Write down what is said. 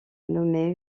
nommé